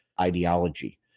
ideology